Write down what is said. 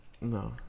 No